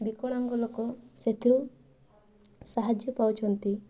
ବିକଳାଙ୍ଗ ଲୋକ ସେଥିରୁ ସାହାଯ୍ୟ ପାଉଛନ୍ତି